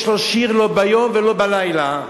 יש לו שיר "לא ביום ולא בלילה /